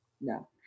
No